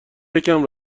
یکم